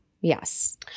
Yes